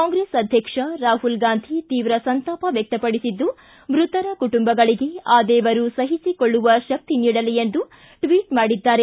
ಕಾಂಗ್ರೆಸ್ ಅಧ್ಯಕ್ಷ ರಾಹುಲ್ ಗಾಂಧಿ ತೀವ್ರ ಸಂತಾಪ ವ್ಯಕ್ತಪಡಿಸಿದ್ದು ಮೃತರ ಕುಟುಂಬಗಳಿಗೆ ಆ ದೇವರು ಸಹಿಸಿಕೊಳ್ಳುವ ಶಕ್ತಿ ನೀಡಲಿ ಎಂದು ಟ್ವಿಟ್ ಮಾಡಿದ್ದಾರೆ